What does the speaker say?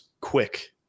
quick